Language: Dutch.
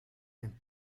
mijn